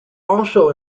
also